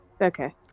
Okay